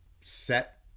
set